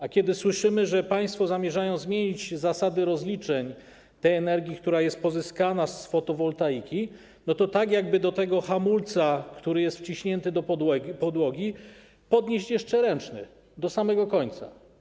A kiedy słyszymy, że państwo zamierzają zmienić zasady rozliczeń energii, która jest pozyskana z fotowoltaiki, to tak, jakby do tego hamulca, który jest wciśnięty do podłogi, podnieść jeszcze ręczny do samego końca.